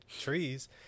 trees